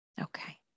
Okay